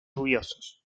lluviosos